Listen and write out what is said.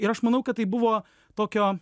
ir aš manau kad tai buvo tokio